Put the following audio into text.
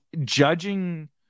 judging